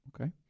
Okay